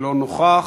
לא נוכח,